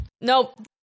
Nope